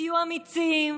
תהיו אמיצים.